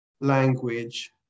language